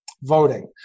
voting